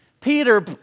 Peter